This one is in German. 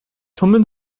tummeln